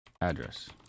address